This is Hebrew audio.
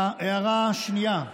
הערה שנייה: